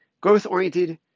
growth-oriented